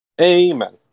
Amen